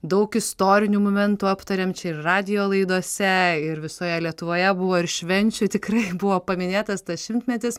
daug istorinių momentų aptarėm čia ir radijo laidose ir visoje lietuvoje buvo ir švenčių tikrai buvo paminėtas tas šimtmetis